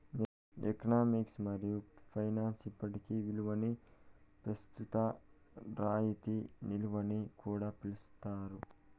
economics మరియు finance ఇప్పటి ఇలువని పెస్తుత రాయితీ ఇలువని కూడా పిలిస్తారు